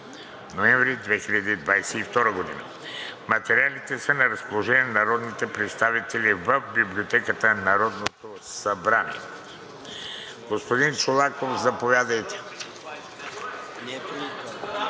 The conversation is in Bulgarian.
ноември 2022 г. Материалите са на разположение на народните представители в Библиотеката на Народното събрание. Колеги, продължаваме